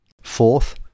Fourth